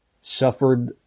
suffered